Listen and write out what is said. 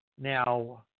Now